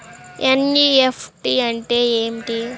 NEFT అంటే ఏమిటీ?